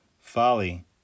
Folly